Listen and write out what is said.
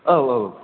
औ औ